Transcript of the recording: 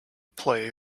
play